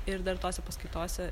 ir dar tose paskaitose